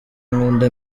nkunda